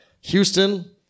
Houston